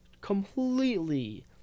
completely